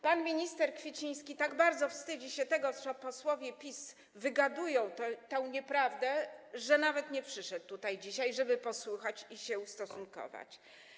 Pan minister Kwieciński tak bardzo wstydzi się tego, co posłowie PiS wygadują, tej nieprawdy, że nawet nie przyszedł tutaj dzisiaj, żeby posłuchać i się ustosunkować.